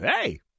hey